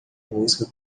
música